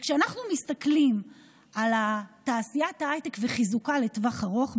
כשאנחנו מסתכלים על תעשיית ההייטק וחיזוקה לטווח ארוך,